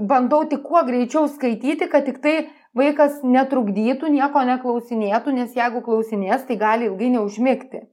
bandau tik kuo greičiau skaityti kad tiktai vaikas netrukdytų nieko neklausinėtų nes jeigu klausinės tai gali ilgai neužmigti